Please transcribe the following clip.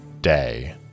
day